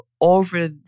over